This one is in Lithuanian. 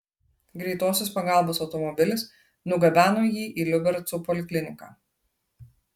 greitosios pagalbos automobilis nugabeno jį į liubercų polikliniką